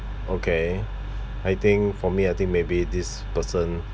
okay I think for me I think maybe this person